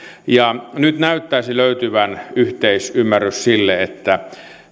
nyt näyttäisi löytyvän yhteisymmärrys sille että